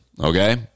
Okay